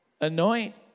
Anoint